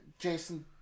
Jason